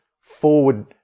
forward